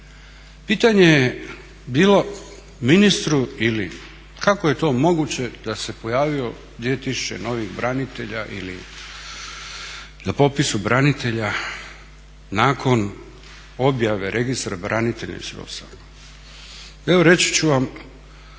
Pitanje je bilo ministru ili kako je to moguće da se pojavilo 2 tisuće novih branitelja ili na popisu branitelja nakon objave Registra branitelja? Pa evo reći ću vam,